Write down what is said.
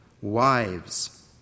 Wives